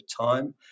time